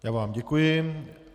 Já vám děkuji.